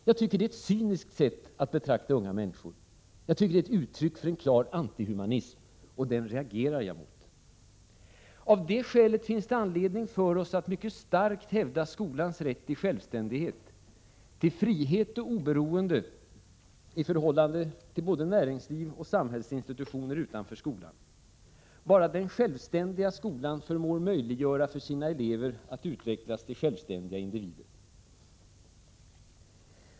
Jag tycker att det är ett cyniskt sätt att betrakta människor. Det är ett uttryck för en klar antihumanism, och den reagerar jag emot. Därför finns det anledning för oss att mycket starkt hävda skolans rätt till självständighet, frihet och oberoende i förhållande till både näringsliv och samhällsinstitutioner utanför skolan. Bara den självständiga skolan förmår möjliggöra för sina elever att utvecklas till självständiga individer.